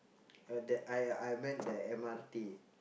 uh that I I meant the M_R_T